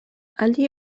allí